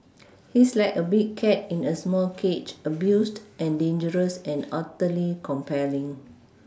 he's like a big cat in a small cage abused and dangerous and utterly compelling